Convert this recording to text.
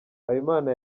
habimana